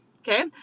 Okay